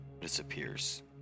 disappears